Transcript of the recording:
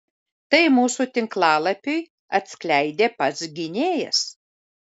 tai mūsų tinklalapiui atskleidė pats gynėjas